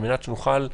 על מנת שנוכל להצביע.